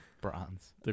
Bronze